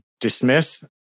dismiss